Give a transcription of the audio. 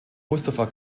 mustafa